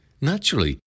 Naturally